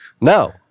No